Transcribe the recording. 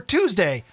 Tuesday